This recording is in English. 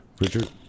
Richard